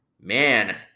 man